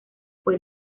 fue